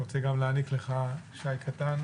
אני רוצה להעניק לך שי קטן